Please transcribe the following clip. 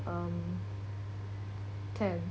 um ten